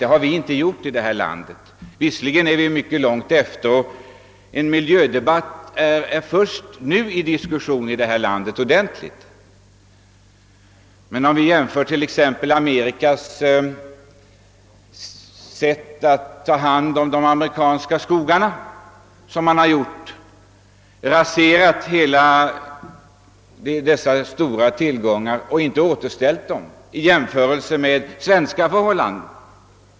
Det har vi inte gjort här i landet. Visserligen är vår miljövård mycket eftersatt — en svensk miljödebatt har först nu satts i gång — men vi kan jämföra den t.ex. med Amerikas sätt att ta hand om sina skogar. Man har raserat dessa stora tillgångar utan att sörja för återväxten.